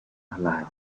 alive